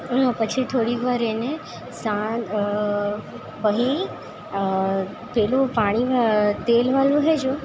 પછી થોડીક વાર એને સાલ પછી પેલું પાણી તેલવાળું હેજો